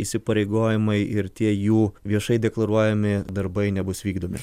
įsipareigojimai ir tie jų viešai deklaruojami darbai nebus vykdomi